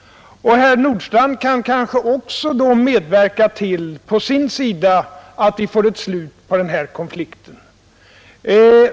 Han kanske därför också på sin sida kan medverka till att vi får ett slut på denna konflikt.